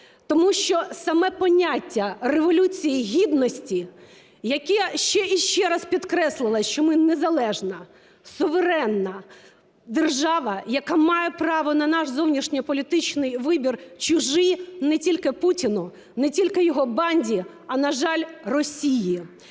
Тому що саме поняття Революції Гідності, яке ще і ще раз підкреслило, що ми незалежна, суверенна держава, яка має право на наш зовнішній політичний вибір, чуже не тільки Путіну, не тільки його банді, а, на жаль, Росії.